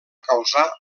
causar